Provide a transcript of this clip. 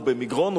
או במגרון,